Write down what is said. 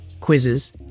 quizzes